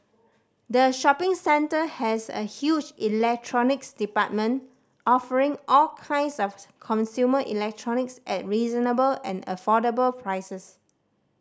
the shopping centre has a huge electronics department offering all kinds of consumer electronics at reasonable and affordable prices